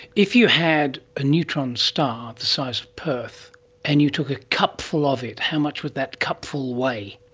if you had a neutron star the size of perth and you took a cupful of it, how much would that cupful weigh?